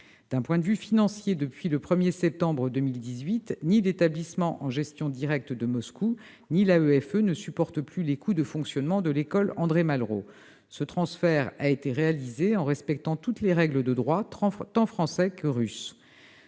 D'un point de vue financier, depuis le 1 septembre 2018, ni l'établissement en gestion directe de Moscou ni l'AEFE ne supportent plus les coûts de fonctionnement de l'école André-Malraux. Ce transfert a été réalisé en respectant toutes les règles de droit, tant français que russe.